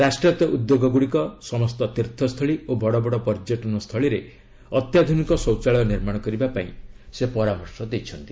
ରାଷ୍ଟ୍ରାୟତ ଉଦ୍ୟୋଗଗୁଡ଼ିକ ସମସ୍ତ ତୀର୍ଥ ସ୍ଥଳୀ ଓ ବଡ଼ବଡ଼ ପର୍ଯ୍ୟଟନ ସ୍ଥଳୀରେ ଅତ୍ୟାଧୁନିକ ଶୌଚାଳୟ ନିର୍ମାଣ କରିବାକୁ ସେ ପରାମର୍ଶ ଦେଇଛନ୍ତି